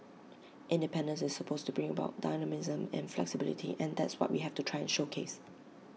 independence is supposed to bring about dynamism and flexibility and that's what we have to try and showcase